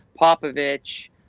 Popovich